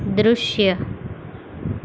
દ્રશ્ય